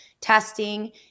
testing